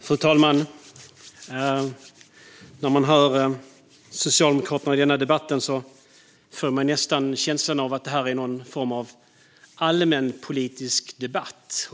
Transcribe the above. Fru talman! När man hör Socialdemokraterna i denna debatt får man nästan känslan av att det här är någon form av allmänpolitisk debatt.